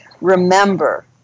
Remember